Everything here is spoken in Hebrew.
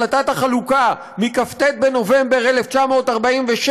החלטת החלוקה מכ"ט בנובמבר 1947,